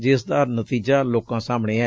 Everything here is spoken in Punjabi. ਜਿਸ ਦਾ ਨਤੀਜਾ ਲੋਕਾਂ ਸਾਹਮਣੇ ਐ